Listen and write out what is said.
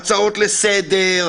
ההצעות לסדר,